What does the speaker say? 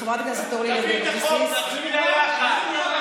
תביא את החוק, נצביע יחד.